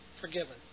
forgiven